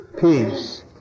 peace